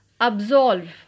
absolve